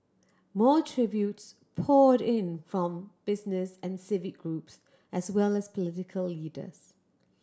more tributes poured in from business and civic groups as well as political leaders